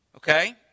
Okay